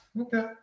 Okay